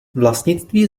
vlastnictví